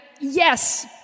yes